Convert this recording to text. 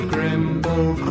Grimble